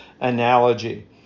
analogy